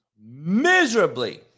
miserably